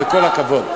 הכוח, וכל הכבוד.